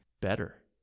better